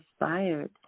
inspired